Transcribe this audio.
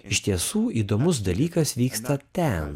iš tiesų įdomus dalykas vyksta ten